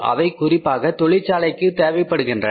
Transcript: அவை குறிப்பாக தொழிற்சாலைக்கு தேவைப்படுகின்றன